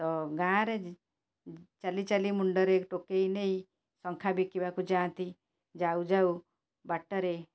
ତ ଗାଁରେ ଚାଲି ଚାଲି ମୁଣ୍ଡରେ ଟୋକେଇ ନେଇ ଶଙ୍ଖା ବିକିବାକୁ ଯାଆନ୍ତି ଯାଉ ଯାଉ ବାଟରେ